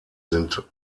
sind